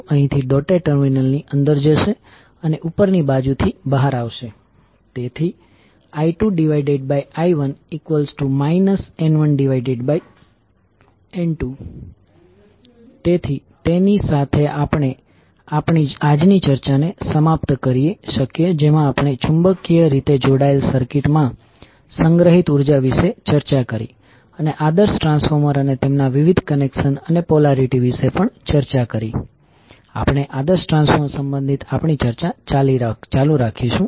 તેથી આ સાથે આપણે આપણા આજના સ્ટેશનને બંધ કરી શકીએ છીએ જ્યાં આપણે ચુંબકીય રીતે જોડાયેલા સર્કિટની ચર્ચા કરી આપણે હવે પછી ના સેશનમાં પણ ચુંબકીય રીતે જોડાયેલા સર્કિટ્સ પર ચર્ચા કરીશું જ્યાં આપણે ચુંબકીય રીતે જોડાયેલા સર્કિટમાં સંગ્રહિત ઉર્જા વિશે ચર્ચા કરીશું અને પછી આપણે આદર્શ ટ્રાન્સફોર્મર પણ જોઈશું અને તેના વિવિધ સમીકરણો ને જોઈશું